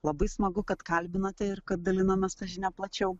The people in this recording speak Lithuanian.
labai smagu kad kalbinote ir kad dalinamės ta žinia plačiau